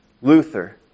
Luther